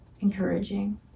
encouraging